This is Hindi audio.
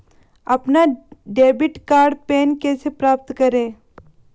अपना डेबिट कार्ड पिन कैसे प्राप्त करें?